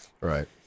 Right